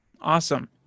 awesome